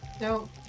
No